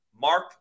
Mark